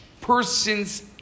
person's